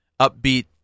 upbeat